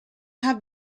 have